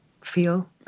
feel